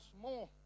more